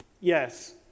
yes